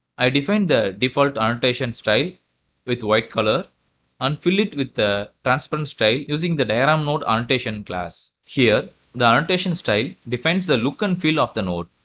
i define the default annotation style with white color and fill it with the transparent style using the diagram node annotation class. here the annotation style defines the look and feel of the nodes.